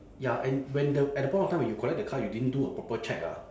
ya and when the at the point of time when you collect the car you didn't do a proper check ah